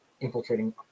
infiltrating